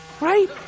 right